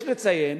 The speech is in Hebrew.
יש לציין